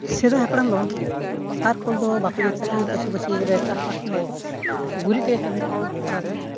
ᱥᱮᱫᱟᱭ ᱦᱟᱯᱲᱟᱢ ᱫᱚ ᱥᱟᱨ ᱠᱚᱫᱚ ᱵᱟᱠᱚ ᱤᱭᱩᱡᱽ ᱛᱟᱦᱮᱱᱟ ᱪᱟᱹᱥᱤᱵᱟᱥᱤ ᱨᱮ ᱪᱟᱥᱵᱟᱥ ᱡᱚᱠᱷᱮᱡᱽ ᱜᱩᱨᱤᱡᱽ ᱛᱮᱜᱮ ᱠᱟᱹᱢᱤ ᱠᱚ ᱛᱚᱨᱟᱣ ᱛᱟᱦᱮᱱᱟ